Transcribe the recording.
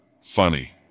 Funny